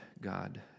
God